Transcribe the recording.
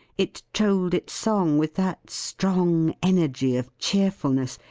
it trolled its song with that strong energy of cheerfulness,